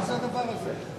מה זה הדבר הזה,